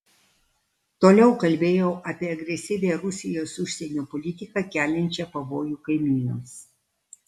toliau kalbėjau apie agresyvią rusijos užsienio politiką keliančią pavojų kaimynams